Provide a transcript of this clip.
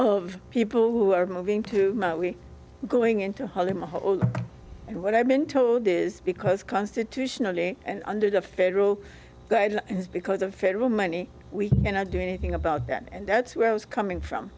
of people who are moving to we going into holiday and what i've been told is because constitutionally and under the federal guidelines because of federal money we cannot do anything about that and that's where i was coming from